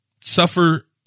suffer